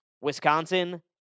Wisconsin